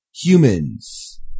Humans